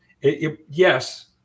Yes